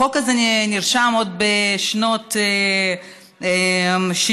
החוק הזה נרשם עוד בשנות ה-60,